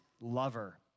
lover